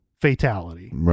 fatality